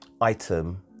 item